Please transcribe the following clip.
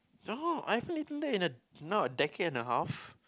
no I haven't eaten that in a now a decade and a half